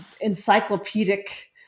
encyclopedic